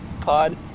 pod